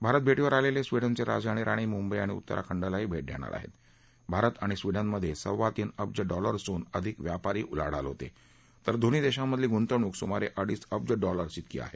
भारत भट्टींवर आलला स्विडनचरीजे आणि राणी मुंबई आणि उत्तराखडलाही भट द्यावर आहस्त भारत आणि स्विडनमध्ये सव्वातीन अब्ज डॉलर्सहून अधिक व्यापारी उलाढाल होते तर दोन्ही देशांमधली गुंतवणूक सुमारे अडीच अब्ज डॉलर्स इतकी आहे